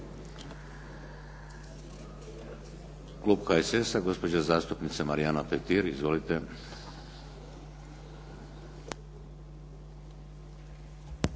Klub HSS-a, gospođa zastupnica Marijana Petir. Izvolite.